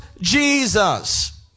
Jesus